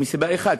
מסיבה אחת,